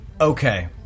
Okay